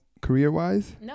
career-wise